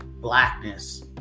blackness